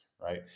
Right